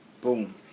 Boom